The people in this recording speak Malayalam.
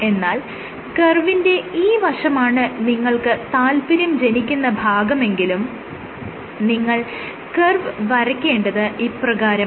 എന്നാൽ കർവിന്റെ ഈ വശമാണ് നിങ്ങൾക്ക് താല്പര്യം ജനിക്കുന്ന ഭാഗമെങ്കിലും നിങ്ങൾ കർവ് വരയ്ക്കേണ്ടത് ഇപ്രകാരമാണ്